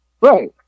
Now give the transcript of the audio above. Right